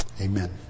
Amen